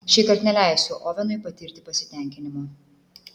šįkart neleisiu ovenui patirti pasitenkinimo